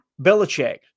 Belichick